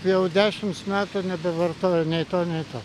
jau dešims metų nebevartoju nei to nei to